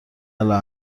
الان